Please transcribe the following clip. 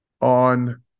on